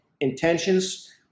intentions